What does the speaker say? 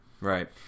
right